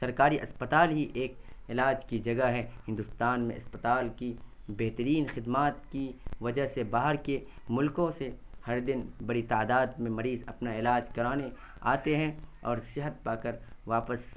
سرکاری اسپتال ہی ایک علاج کی جگہ ہے ہندوستان میں اسپتال کی بہترین خدمات کی وجہ سے باہر کے ملکوں سے ہر دن بڑی تعداد میں مریض اپنا علاج کرانے آتے ہیں اور صحت پاکر واپس